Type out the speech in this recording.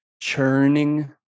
churning